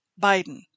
Biden